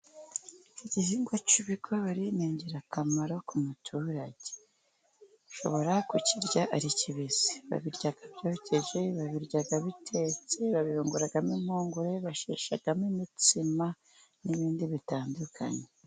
Igihingwa k'ibigori ni ingirakamaro ku muturage. Ushobora kukirya ari kibisi. Babirya byokeje, babirya bitetse, babihunguramo impungure, basheshamo imitsima, n'ibindi bitandukanye.